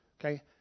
Okay